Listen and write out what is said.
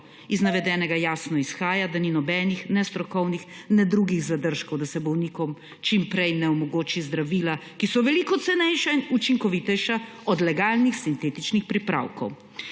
Iz navedenega jasno izhaja, da ni nobenih – ne strokovnih ne drugih – zadržkov, da se bolnikom čim prej ne omogoči zdravila, ki so veliko cenejša in učinkovitejša od legalnih sintetičnih pripravkov.